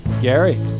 Gary